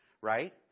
right